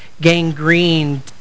gangrene